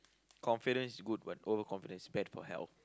confidence is good what old confidence bad for health